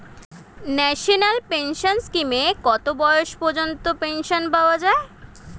National pension স্কিমে কত বয়স থেকে পেনশন পাওয়া যায়?